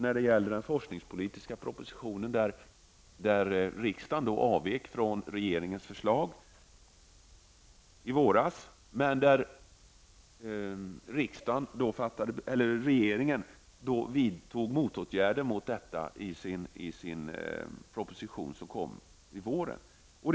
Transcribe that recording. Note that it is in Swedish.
När det gäller den forskningspolitiska propositionen avvek riksdagen i våras från regeringens förslag, och det är berömvärt för utskottet. Men regeringen vidtog motåtgärder mot detta i den proposition som kom senare under våren.